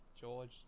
George